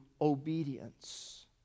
obedience